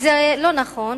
וזה לא נכון,